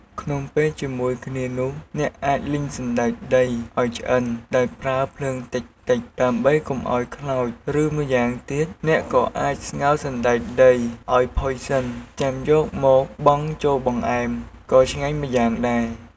ក្នុងពេលជាមួយគ្នានោះ អ្នកអាចលីងសណ្ដែកដីឲ្យឆ្អិនដោយប្រើភ្លើងតិចៗ ដើម្បីកុំឲ្យខ្លោច ឬ ម្យ៉ាងទៀត អ្នកក៏អាចស្ងោរសណ្ដែកដីឲ្យផុយសិន ចាំយកមកបង់ចូលបង្អែម ក៏ឆ្ងាញ់ម្យ៉ាងដែរ។